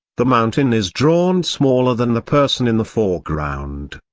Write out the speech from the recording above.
the mountain is drawn smaller than the person in the foreground.